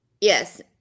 Yes